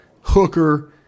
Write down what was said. Hooker